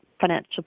financial